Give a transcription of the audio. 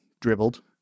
dribbled